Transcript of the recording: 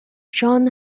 john